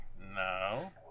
no